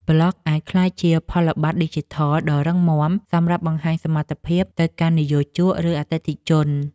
ប្លក់អាចក្លាយជាផលប័ត្រឌីជីថល ដ៏រឹងមាំសម្រាប់បង្ហាញសមត្ថភាពទៅកាន់និយោជក ឬអតិថិជន។